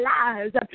lives